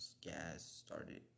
gas-started